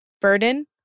burden